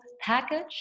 package